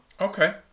Okay